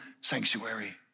sanctuary